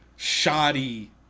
shoddy